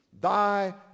Thy